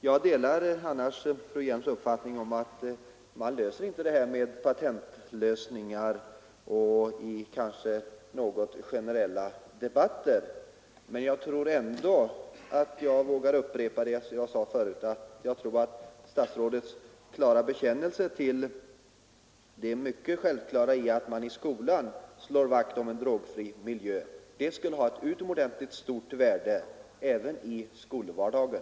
Jag delar annars fru Hjelm-Walléns uppfattning att det inte finns några patentlösningar härvidlag som kan generellt anges i en debatt. Men jag vågar ändå upprepa att jag tror att en klar bekännelse från fru statsrådets sida till det mycket självklara i att man i skolan slår vakt om en drogfri miljö skulle ha ett utomordentligt stort värde även i skolvardagen.